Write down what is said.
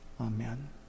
Amen